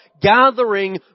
gathering